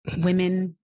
women